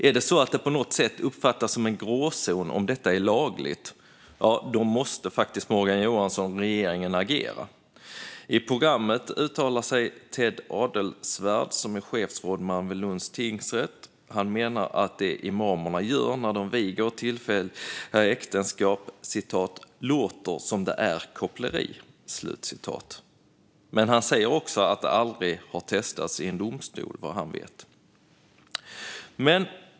Är det så att det på något sätt uppfattas som en gråzon huruvida detta är lagligt måste Morgan Johansson och regeringen faktiskt agera. I programmet uttalar sig Thed Adelswärd, som är chefsrådman vid Lunds tingsrätt. Han menar att det imamerna gör när de viger tillfälliga äktenskap låter som koppleri, men han säger också att det vad han vet aldrig har testats i domstol.